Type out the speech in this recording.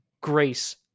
grace